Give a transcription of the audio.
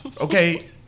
Okay